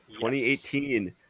2018